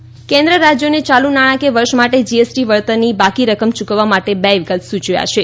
જી ST state કેન્દ્રે રાજ્યોને ચાલુ નાણાકીય વર્ષ માટે જીએસટી વળતરની બાકી રકમ ચૂકવવા માટે બે વિકલ્પ સૂચવ્યા છે